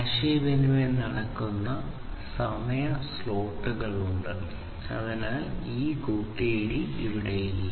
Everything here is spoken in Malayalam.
ആശയവിനിമയം നടക്കുന്ന വ്യത്യസ്ത സമയ സ്ലോട്ടുകൾ ഉണ്ട് അതിനാൽ കൂട്ടിയിടി ഇല്ല